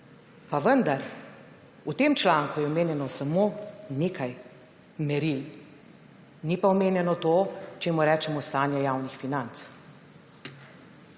pa vendar v tem članku je omenjeno samo nekaj meril, ni pa omenjeno to, čemur rečemo stanje javnih financ.